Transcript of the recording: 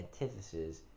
antithesis